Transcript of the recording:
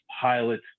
pilot